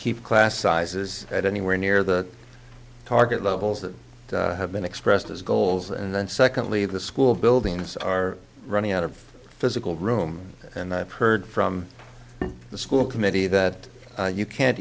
keep class sizes at anywhere near the target levels that have been expressed as goals and then secondly the school buildings are running out of physical room and i've heard from the school committee that you can't